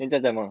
then 他讲什么